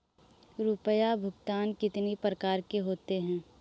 रुपया भुगतान कितनी प्रकार के होते हैं?